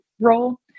role